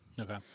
Okay